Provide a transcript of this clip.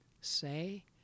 say